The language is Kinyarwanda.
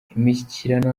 imishyikirano